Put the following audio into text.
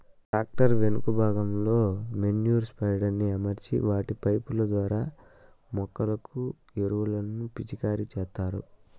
tractor కు వెనుక భాగంలో మేన్యుర్ స్ప్రెడర్ ని అమర్చి వాటి పైపు ల ద్వారా మొక్కలకు ఎరువులను పిచికారి చేత్తారు